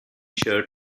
shirt